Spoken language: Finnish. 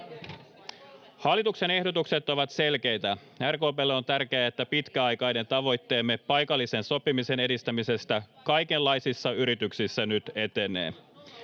Hallituksen ehdotukset ovat selkeitä. RKP:lle on tärkeää, että pitkäaikainen tavoitteemme paikallisen sopimisen edistämisestä kaikenlaisissa yrityksissä nyt etenee.